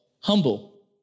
humble